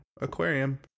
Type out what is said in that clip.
aquarium